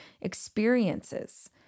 experiences